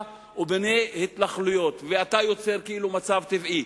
ובונה התנחלויות ואתה יוצר כאילו מצב טבעי.